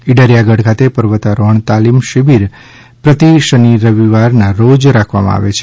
ઇડરિથા ગઢ ખાતે પર્વતારોહણ તાલીમ શિબીર પ્રતિ શનિવાર રવિવારના રોજ રાખવામા આવે છે